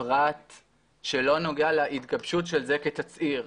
פרט שלא נוגע להתגבשות של זה כתצהיר,